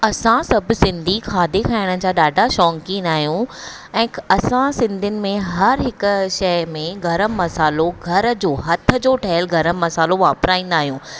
असां सभु सिंधी खाधे खाइण जा ॾाढा शौक़ीन आहियूं ऐं असां सिंधियुनि में हर हिक शइ में गरम मसाल्हो घर जो हथ जो ठहियलु गरम मसाल्हो वापिराईंदा आहियूं